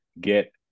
get